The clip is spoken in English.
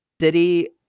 City